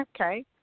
Okay